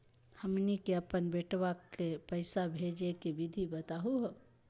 हमनी के अपन बेटवा क पैसवा भेजै के विधि बताहु हो?